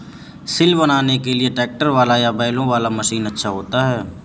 सिल बनाने के लिए ट्रैक्टर वाला या बैलों वाला मशीन अच्छा होता है?